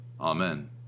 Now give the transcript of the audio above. Amen